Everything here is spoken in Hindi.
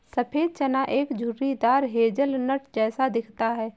सफेद चना एक झुर्रीदार हेज़लनट जैसा दिखता है